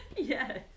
Yes